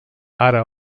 ara